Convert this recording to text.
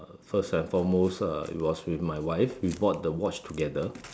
first and for most uh it was with my wife we bought the watch together